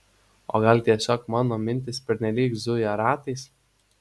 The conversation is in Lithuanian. o gal tiesiog mano mintys pernelyg zuja ratais